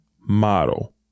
model